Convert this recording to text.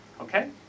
Okay